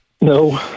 No